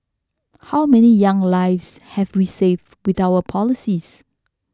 how many young lives have we saved with our policies